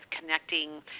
connecting